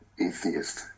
atheist